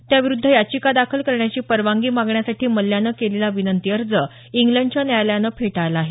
त्याविरुद्ध याचिका दाखल करण्याची परवानगी मागण्यासाठी मल्ल्यानं केलेला विनंतीअर्ज इंग्लंडच्या न्यायालयानं फेटाळला आहे